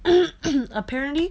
apparently